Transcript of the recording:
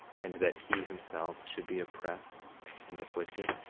and that he, himself, should be oppressed and afflicted?